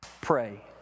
pray